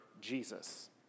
Jesus